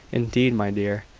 indeed, my dear,